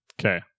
Okay